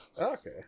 Okay